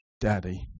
daddy